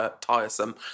tiresome